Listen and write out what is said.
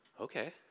okay